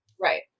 Right